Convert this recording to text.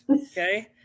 Okay